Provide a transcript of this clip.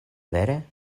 vere